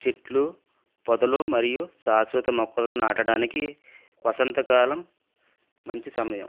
చెట్లు పొదలు మరియు శాశ్వత మొక్కలు నాటాడానికి వసంత కాలం మంచి సమయం